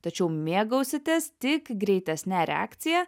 tačiau mėgausitės tik greitesne reakcija